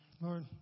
Lord